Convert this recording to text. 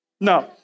no